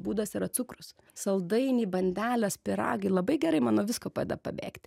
būdas yra cukrus saldainiai bandelės pyragai labai gerai man nuo visko padeda pabėgt